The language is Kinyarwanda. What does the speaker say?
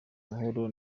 mahoro